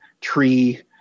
tree